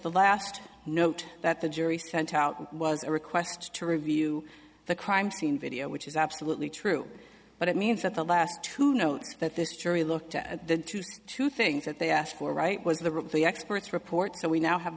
the last note that the jury sent out was a request to review the crime scene video which is absolutely true but it means that the last to know that this jury looked at the two things that they asked for right was the reply expert's report so we now have